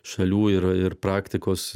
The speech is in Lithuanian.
šalių ir ir praktikos